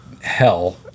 hell